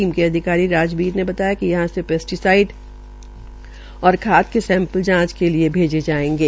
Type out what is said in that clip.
team के अधिकारी राजबीर ने बताया कि यहां से पेस्टीसाइड और खाद क सैंपल जांच के लिये भेजे जायेंगे